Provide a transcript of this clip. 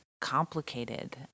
complicated